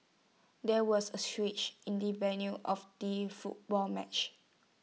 there was A switch in the venue of the football match